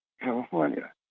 California